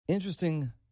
Interesting